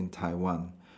in Taiwan